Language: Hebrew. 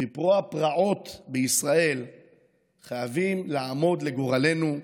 בפרוע פרעות בישראל חייבים לעמוד לגורלנו,